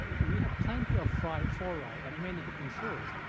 we have plenty of fluoride fluoride and many different sources.